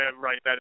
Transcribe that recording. right